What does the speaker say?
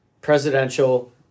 presidential